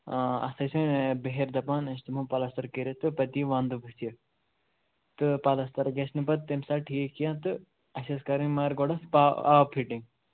آ اَتھ ٲسۍ وۄنۍ بِہٲرۍ دَپان أسۍ نِمو پَلستَر کٔرِتھ تہٕ پَتہٕ یِیہِ وَنٛدٕ بُتھِ تہٕ پَلستَر گژھِ نہٕ پَتہٕ تَمہِ ساتہٕ ٹھیٖک کیٚنٛہہ تہٕ اَسہِ ٲسۍ کَرٕنۍ مگر گۄڈٕ پا اَتھ آ آب فِٹِنٛگ